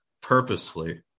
purposefully